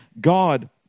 God